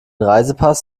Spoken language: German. reisepass